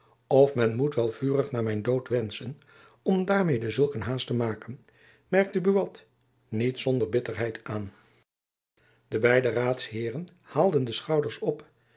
of men moet wel vurig naar mijn dood wenschen om daarmede zulk een haast te maken merkte buat niet zonder bitterheid aan de beide raadsheeren haalden de schouders op